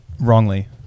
wrongly